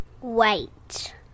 Wait